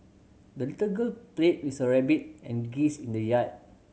the little girl played with her rabbit and geese in the yard